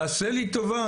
תעשה לי טובה.